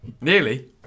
Nearly